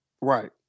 Right